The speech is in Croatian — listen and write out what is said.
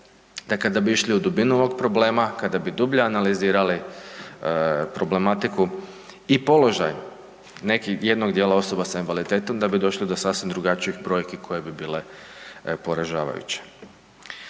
da kada bi išli u dubinu ovog problema, kada bi dublje analizirali problematiku i položaj jednog dijela osoba s invaliditetom da bi došli do sasvim drugačijih brojki koje bi bile poražavajuće.